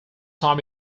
time